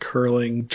Curling